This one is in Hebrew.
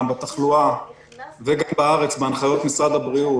בתחלואה וגם בארץ בהנחיות משרד הבריאות,